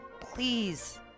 Please